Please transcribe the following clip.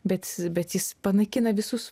bet jis bet jis panaikina visus